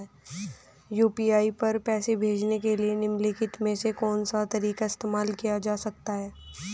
UPI पर पैसे भेजने के लिए निम्नलिखित में से कौन सा तरीका इस्तेमाल किया जा सकता है?